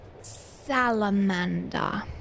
Salamander